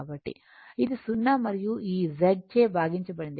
కాబట్టి ఇది 0 మరియు ఈ Z చే భాగించబడింది